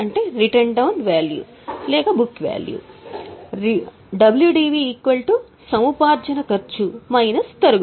written down value written down value సముపార్జన ఖర్చు తరుగుదల